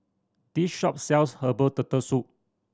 this shop sells herbal Turtle Soup